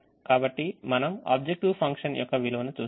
కాబట్టి మనం objective function యొక్క విలువను చూస్తాము